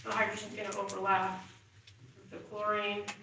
hydrogen's gonna overlap with the chlorine.